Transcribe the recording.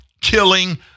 killing